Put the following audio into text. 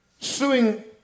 suing